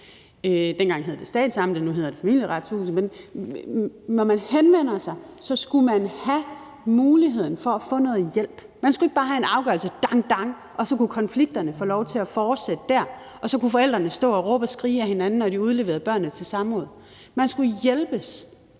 dengang hed det statsamtet, nu hedder det Familieretshuset, skulle have muligheden for at få noget hjælp. Man skulle ikke bare have en afgørelse, dang, dang, og så kunne konflikterne få lov til at fortsætte der, og så kunne forældrene stå og råbe og skrige af hinanden, når de udleverede børnene til samvær. Man skulle hjælpes,